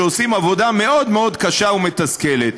שעושים עבודה מאוד קשה ומתסכלת.